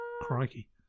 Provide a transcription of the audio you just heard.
crikey